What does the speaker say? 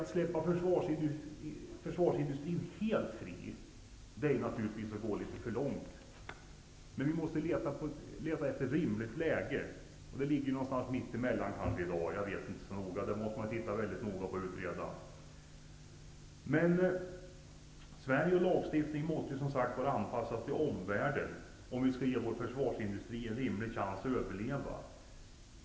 Att släppa försvarsindustrin helt fri är naturligtvis att gå litet för långt, men vi måste leta efter ett rimligt läge, och det ligger kanske någonstans mitt emellan -- jag vet inte; man måste utreda det mycket noga. Sveriges lagstiftning måste som sagt vara anpassad till omvärlden, om vi skall ge vår försvarsindustri rimlig chans att överleva.